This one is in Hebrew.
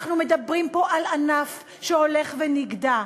אנחנו מדברים פה על ענף שהולך ונגדע,